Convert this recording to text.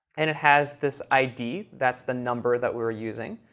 and it has this id. that's the number that we're using.